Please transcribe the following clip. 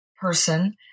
person